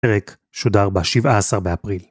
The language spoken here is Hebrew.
הפרק שודר ב-17 באפריל.